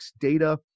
data